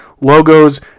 logos